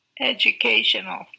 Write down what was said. educational